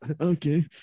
okay